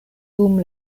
dum